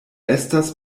estas